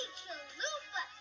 chalupa